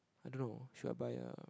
I don't know should I buy uh